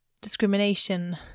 discrimination